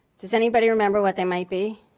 does anybody remember what they might be?